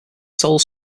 sole